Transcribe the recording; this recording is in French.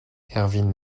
erwin